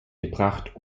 gebracht